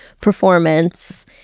performance